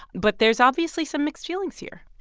but there's obviously some mixed feelings here